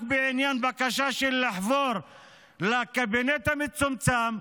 בעניין של בקשה לחבור לקבינט המצומצם?